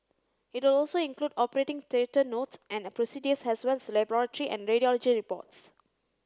it will also include operating theatre notes and procedures as well as laboratory and radiology reports